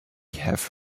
have